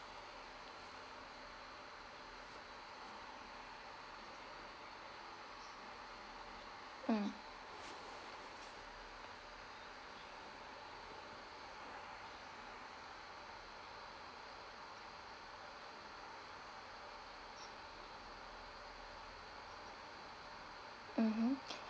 mm mmhmm